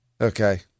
Okay